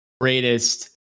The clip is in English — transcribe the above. greatest